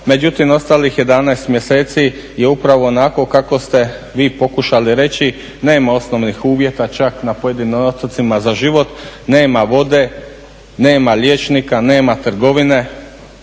međutim ostalih 11 mjeseci je upravo onako kako ste vi pokušali reći, nema osnovnih uvjeta čak na pojedinim otocima za život, nema vode, nema liječnika, nema trgovine,